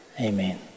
Amen